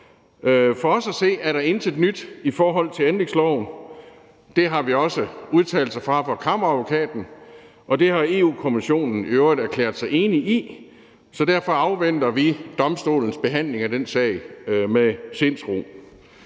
For os at se er der intet nyt i forhold til anlægsloven. Det har vi jo også udtalelser om fra Kammeradvokaten, og det har Europa-Kommissionen i øvrigt erklæret sig enig i. Så derfor afventer vi domstolens behandling af den sag med sindsro.